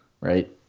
Right